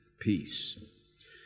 peace